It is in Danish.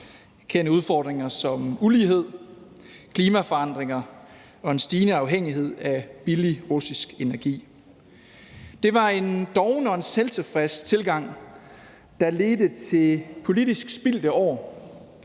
erkende udfordringer som ulighed, klimaforandringer og en stigende afhængighed af billig russisk energi. Det var en doven og selvtilfreds tilgang, der ledte til politisk spildte år